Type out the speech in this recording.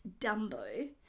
Dumbo